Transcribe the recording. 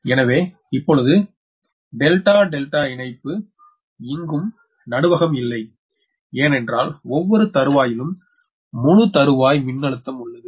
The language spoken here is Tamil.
எனவே இப்பொழுது டெல்டா டெல்டா இணைப்பு இங்கும் நடுவகம் இல்லை ஏனென்றால் ஒவ்வொரு தருவாயிலும் முழு தருவாய் மின்னழுத்தம் உள்ளது